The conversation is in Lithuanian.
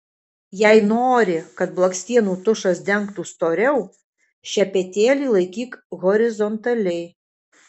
jei nori kad blakstienų tušas dengtų storiau šepetėlį laikyk horizontaliai